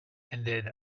ended